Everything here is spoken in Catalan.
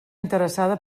interessada